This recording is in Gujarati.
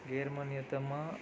ગેરમાન્યતામાં